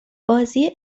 بازی